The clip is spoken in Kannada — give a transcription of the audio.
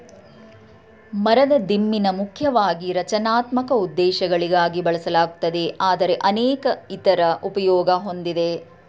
ಮರದ ದಿಮ್ಮಿನ ಮುಖ್ಯವಾಗಿ ರಚನಾತ್ಮಕ ಉದ್ದೇಶಗಳಿಗಾಗಿ ಬಳಸಲಾಗುತ್ತದೆ ಆದರೆ ಅನೇಕ ಇತರ ಉಪಯೋಗ ಹೊಂದಿದೆ